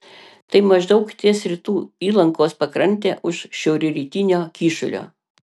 tai maždaug ties rytų įlankos pakrante už šiaurrytinio kyšulio